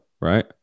right